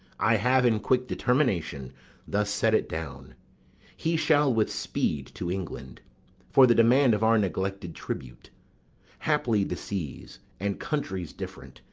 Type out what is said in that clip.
i have in quick determination thus set it down he shall with speed to england for the demand of our neglected tribute haply the seas, and countries different,